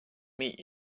meet